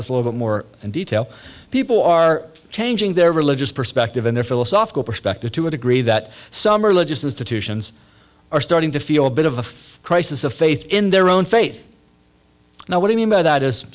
this little bit more and detail people are changing their religious perspective in their philosophical perspective to a degree that some religious institutions are starting to feel a bit of a crisis of faith in their own faith now what i mean by that is